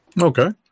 Okay